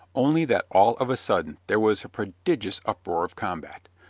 only that all of a sudden there was a prodigious uproar of combat.